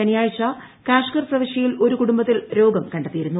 ശനിയാഴ്ച കാഷ്ഗർ പ്രവിശ്യയിൽ ഒരു കുടുംബത്തിൽ രോഗം കണ്ടെത്തിയിരുന്നു